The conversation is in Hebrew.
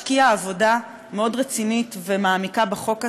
השקיעה עבודה מאוד רצינית ומעמיקה בחוק הזה.